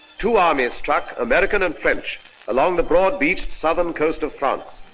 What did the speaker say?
two armies struck, american and french along the broad beached southern coast of france.